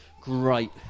Great